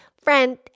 friend